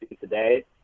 today